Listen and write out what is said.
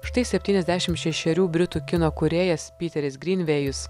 štai septyniasdešimt šešerių britų kino kūrėjas piteris grynvėjus